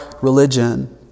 religion